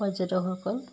পৰ্যটকসকল